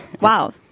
wow